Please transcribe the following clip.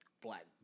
black